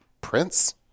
prince